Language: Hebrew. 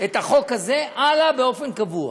את החוק הזה הלאה, באופן קבוע.